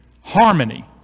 Harmony